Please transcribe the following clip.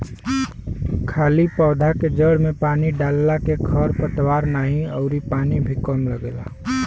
खाली पौधा के जड़ में पानी डालला के खर पतवार नाही अउरी पानी भी कम लगेला